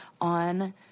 on